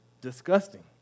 disgusting